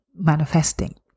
manifesting